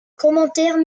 commentaires